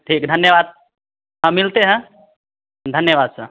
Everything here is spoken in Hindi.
ठीक है धन्यवाद हाँ मिलते हैं धन्यवाद सर